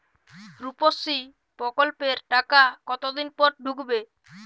রুপশ্রী প্রকল্পের টাকা কতদিন পর ঢুকবে?